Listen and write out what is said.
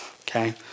Okay